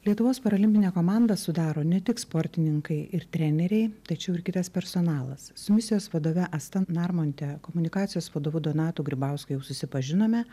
lietuvos parolimpinę komandą sudaro ne tik sportininkai ir treneriai tačiau ir kitas personalas su misijos vadove asta narmonte komunikacijos vadovu donatu grybausku jau susipažinome